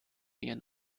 ihren